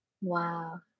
wow